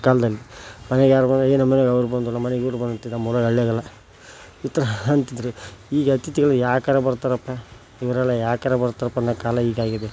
ಕಾಲದಲ್ಲಿ ಮನೆಗೆ ಯಾರೋ ಬಂದ್ರೆ ಏ ನಮ್ಮ ಮನೆಗೆ ಅವ್ರು ಬಂದರು ನಮ್ಮ ಮನೆಗೆ ಇವ್ರು ಬಂದರು ಅನ್ನಕತ್ತಿದ್ರು ನಮ್ಮ ಊರಾಗ ಹಳ್ಳಿಯಾಗೆಲ್ಲ ಈ ಥರ ಅಂತಿದ್ದರು ಈಗ ಅತಿಥಿಗಳು ಯಾಕಾರೂ ಬರ್ತಾರಪ್ಪ ಇವರೆಲ್ಲ ಯಾಕಾರೂ ಬರ್ತಾರಪ್ಪ ಅನ್ನೋ ಕಾಲ ಈಗಾಗಿದೆ